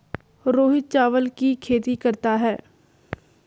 रोहित चावल की खेती करता है